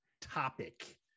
topic